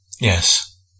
Yes